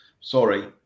Sorry